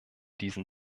diesem